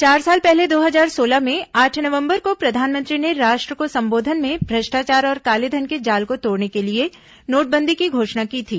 चार साल पहले वर्ष दो हजार सोलह में आठ नवंबर को प्रधानमंत्री ने राष्ट्र को संबोधन में भ्रष्टाचार और कालेघन के जाल को तोड़ने के लिए नोटबंदी की घोषणा की थी